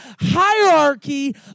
hierarchy